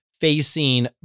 facing